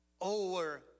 over